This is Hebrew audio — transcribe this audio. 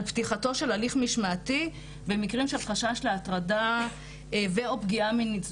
פתיחתו של הליך משמעתי במקרים של חשש להטרדה ו/או פגיעה מינית.